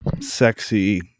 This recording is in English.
sexy